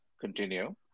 continue